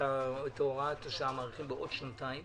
את הוראת השעה מאריכים בעוד שנתיים